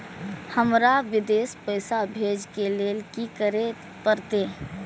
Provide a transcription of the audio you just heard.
हमरा विदेश पैसा भेज के लेल की करे परते?